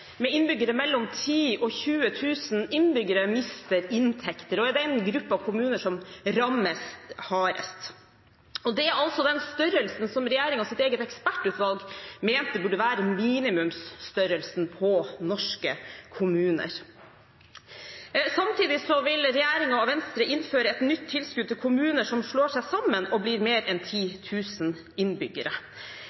med mellom 10 000 og 20 000 innbyggere mister inntekter og er den gruppen kommuner som rammes hardest. Det er den størrelsen som regjeringens eget ekspertutvalg mente burde være minimumsstørrelsen på norske kommuner. Samtidig vil regjeringen og Venstre innføre et nytt tilskudd til kommuner som slår seg sammen og får mer enn